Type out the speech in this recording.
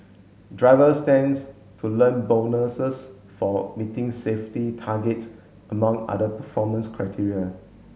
driver stands to learn bonuses for meeting safety targets among other performance criteria